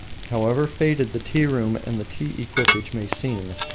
however faded the tea-room and the tea-equipage may seem,